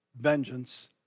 vengeance